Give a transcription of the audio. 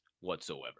whatsoever